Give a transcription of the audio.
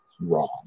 wrong